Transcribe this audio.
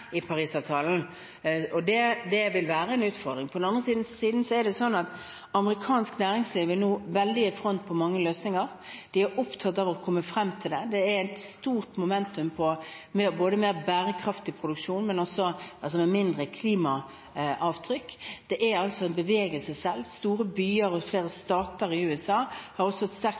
i Paris-avtalen, og det vil være en utfordring. På den andre siden er amerikansk næringsliv nå veldig i front på mange løsninger. De er opptatt av å komme frem til det, det er et stort momentum på mer bærekraftig produksjon, men også på mindre klimaavtrykk. Det er en bevegelse, store byer og flere stater i USA har også et sterkt